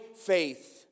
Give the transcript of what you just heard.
faith